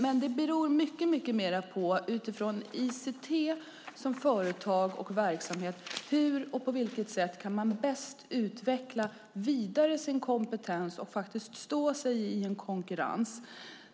Men det beror mycket mer på funderingar utifrån ICT som företag och verksamhet, hur och på vilket sätt företaget kan vidareutveckla sin kompetens bäst och stå sig i en konkurrens.